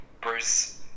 Bruce